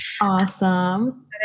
Awesome